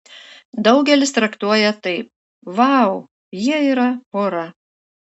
daugelis traktuoja taip vau jie yra pora